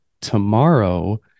tomorrow